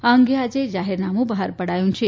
આ અંગે આજે જાહેરનામુ બહાર પડાયુ છે